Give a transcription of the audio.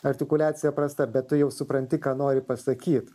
artikuliacija prasta bet tu jau supranti ką nori pasakyt